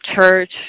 church